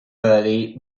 early